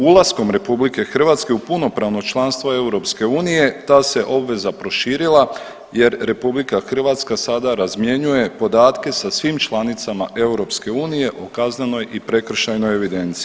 Ulaskom RH u punopravno članstvo EU ta se obveza proširila jer RH sada razmjenjuje podatke sa svim članicama EU o kaznenoj i prekršajnoj evidenciji.